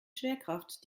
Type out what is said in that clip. schwerkraft